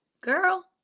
girl